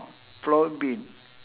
pulau ubin